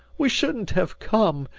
we shouldn't have come.